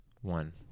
one